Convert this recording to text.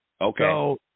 Okay